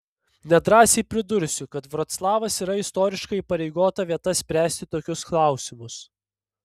nedrąsiai pridursiu kad vroclavas yra istoriškai įpareigota vieta spręsti tokius klausimus